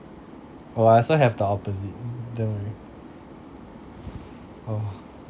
oh I also have the opposite don't worry oh